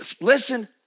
listen